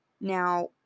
Now